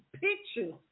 pictures